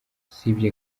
usibye